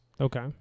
Okay